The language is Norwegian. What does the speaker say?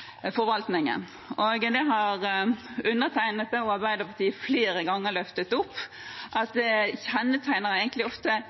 kjennetegner